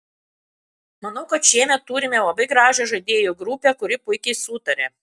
manau kad šiemet turime labai gražią žaidėjų grupę kuri puikiai sutaria